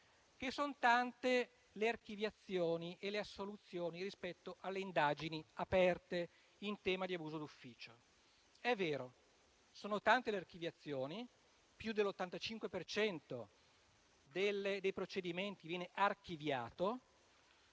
che sono tante le archiviazioni e le assoluzioni rispetto alle indagini aperte in tema di abuso d'ufficio. È vero: sono tante le archiviazioni, per cui più dell'85 per cento dei procedimenti viene archiviato.